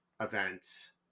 events